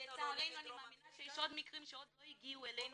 לצערנו אני מאמינה שיש עוד מקרים שלא הגיעו אלינו